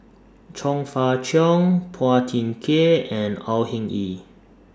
Chong Fah Cheong Phua Thin Kiay and Au Hing Yee